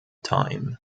time